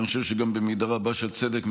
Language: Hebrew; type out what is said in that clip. ואני חושב שגם במידה רבה של צדק,